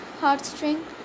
heartstring